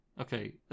Okay